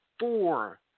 Four